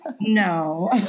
No